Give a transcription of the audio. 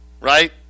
Right